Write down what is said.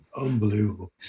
Unbelievable